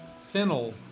fennel